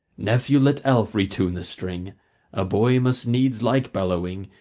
nephew, let elf retune the string a boy must needs like bellowing,